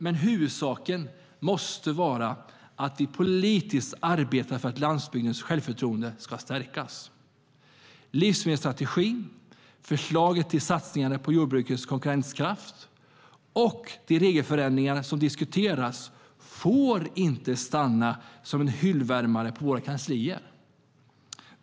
Men huvudsaken måste vara att vi politiskt arbetar för att landsbygdens självförtroende ska stärkas. Livsmedelsstrategin, förslaget till satsningarna på jordbrukets konkurrenskraft och de regelförändringar som diskuteras får inte stanna som hyllvärmare på våra kanslier.